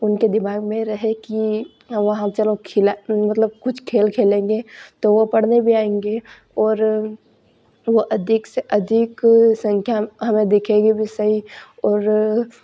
उनके दिमाग में रहे कि वहाँ चलो खिला मतलब कुछ खेल खेलेंगे तो वो पढ़ने भी आएँगे और वो अधिक से अधिक संख्या हमें दिखेंगे भी सही और